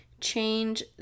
change